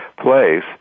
place